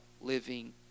living